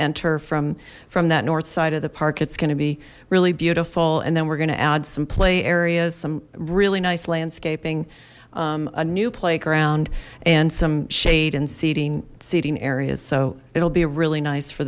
enter from from that north side of the park it's gonna be really beautiful and then we're gonna add some play areas some really nice landscaping a new playground and some shade and seating seating areas so it'll be really nice for